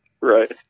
Right